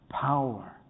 power